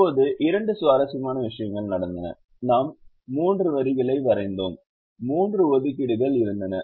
இப்போது இரண்டு சுவாரஸ்யமான விஷயங்கள் நடந்தன நாம் மூன்று வரிகளை வரைந்தோம் மூன்று ஒதுக்கீடுகள் இருந்தன